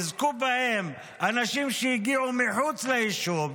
יזכו בהם אנשים שהגיעו מחוץ ליישוב,